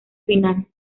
final